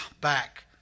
back